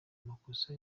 makosa